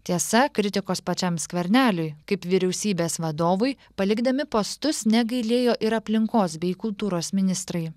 tiesa kritikos pačiam skverneliui kaip vyriausybės vadovui palikdami postus negailėjo ir aplinkos bei kultūros ministrai